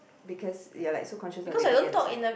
because you're like so conscious of it being at the side